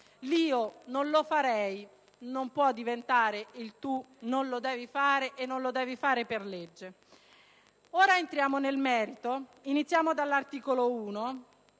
l'«io non lo farei» non può diventare il «tu non lo devi fare, e non lo devi fare per legge». Entrando nel merito dall'articolo 1